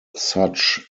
such